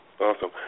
awesome